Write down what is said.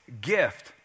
gift